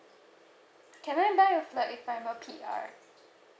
can I buy a flat if I'm a P_R